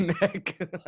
neck